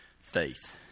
Faith